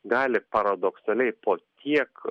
gali paradoksaliai po tiek